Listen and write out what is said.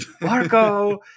marco